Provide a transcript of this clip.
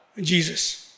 Jesus